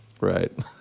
Right